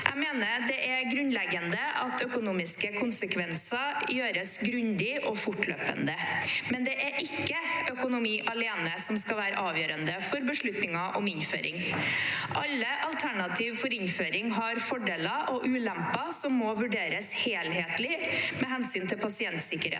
Jeg mener det er grunnleggende at økonomiske konsekvenser vurderes grundig og fortløpende, men det ikke er økonomi alene som skal være avgjørende for beslutningen om innføring. Alle alternativ for innføring har fordeler og ulemper som må vurderes helhetlig med hensyn til pasientsikkerhet,